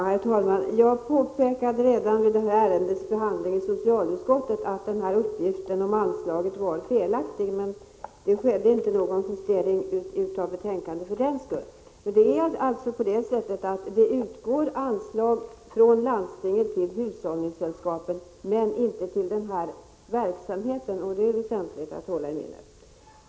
Herr talman! Jag påpekade redan vid detta ärendes behandling i socialutskottet att uppgiften om anslaget var felaktig, men det skedde för den skull inte någon justering i betänkandet. Det utgår alltså anslag från landstinget till hushållningssällskapen men inte till denna verksamhet — det är väsentligt att ha det i minnet.